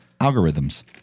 algorithms